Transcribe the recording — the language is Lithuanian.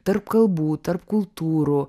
tarp kalbų tarp kultūrų